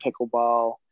pickleball